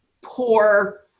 poor